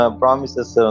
promises